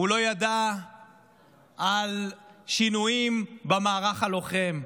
הוא לא ידע על שינויים במערך הלוחם,